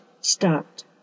start